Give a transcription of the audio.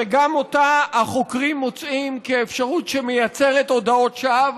שגם אותה החוקרים מוצאים כאפשרות שמייצרת הודאות שווא,